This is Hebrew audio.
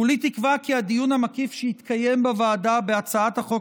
כולי תקווה כי הדיון המקיף שהתקיים בוועדה בהצעת החוק